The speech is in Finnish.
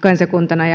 kansakuntana